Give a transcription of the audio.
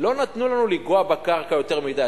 לא נתנו לנו לנגוע בקרקע יותר מדי.